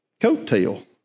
coattail